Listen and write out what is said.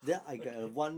okay